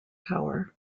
power